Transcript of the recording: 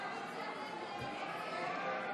הסתייגות 15 לא נתקבלה.